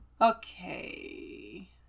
Okay